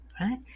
right